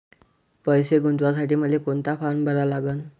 पैसे गुंतवासाठी मले कोंता फारम भरा लागन?